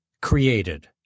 created